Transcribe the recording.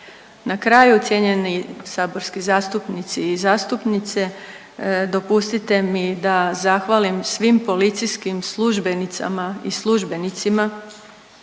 Na kraju cijenjeni saborski zastupnici i zastupnice, dopustite mi da zahvalim svim policijskim službenicama i službenicima